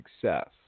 success